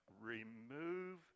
Remove